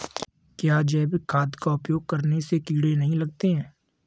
क्या जैविक खाद का उपयोग करने से कीड़े नहीं लगते हैं?